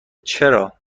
چرا